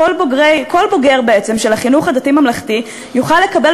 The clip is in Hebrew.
כל בוגר של החינוך הממלכתי-דתי יוכל לקבל